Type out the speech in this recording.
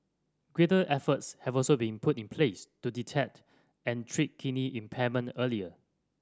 greater efforts have also been put in place to detect and treat kidney impairment earlier